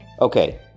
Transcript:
okay